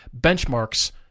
benchmarks